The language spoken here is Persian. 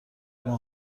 ماه